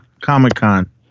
comic-con